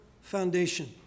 foundation